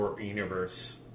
universe